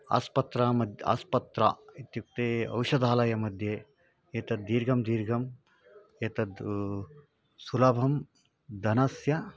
आस्पत्रा मत् आस्पत्रा इत्युक्ते औषधालयमध्ये एतद् दीर्घं दीर्घम् एतद् सुलभं धनस्य